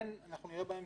כן נראה בהמשך